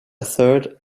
third